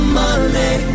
money